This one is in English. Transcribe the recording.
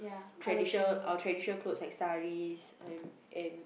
traditional our traditional clothes and saris and and